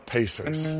Pacers